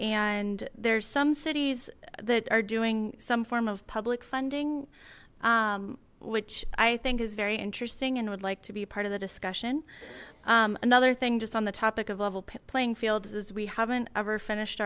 and there are some cities that are doing some form of public funding which i think is very interesting and would like to be part of the discussion another thing just on the topic of level playing fields is we haven't ever finished